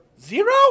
zero